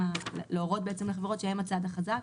להורות לחברות שהן הצד החזק,